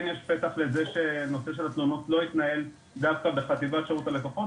כן יש פתח לזה שהנושא של התלונות לא יתנהל דווקא בחטיבת שירות הלקוחות,